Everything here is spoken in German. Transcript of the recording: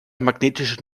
magnetische